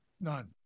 None